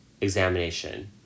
examination